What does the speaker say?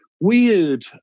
weird